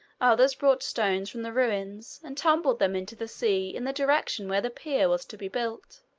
others brought stones from the ruins and tumbled them into the sea in the direction where the pier was to be built.